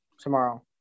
tomorrow